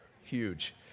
Huge